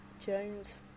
Jones